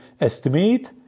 estimate